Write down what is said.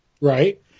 Right